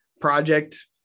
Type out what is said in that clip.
project